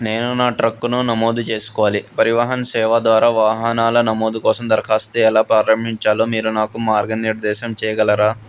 నేను నా ట్రక్కును నమోదు చేసుకోవాలి పరివాహన్ సేవ ద్వారా వాహనాల నమోదు కోసం దరఖాస్తు ఎలా పారంభించాలో మీరు నాకు మార్గనిర్దేశం చేయగలరా